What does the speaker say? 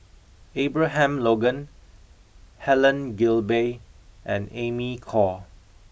Abraham Logan Helen Gilbey and Amy Khor